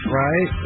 right